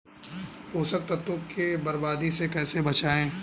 पोषक तत्वों को बर्बादी से कैसे बचाएं?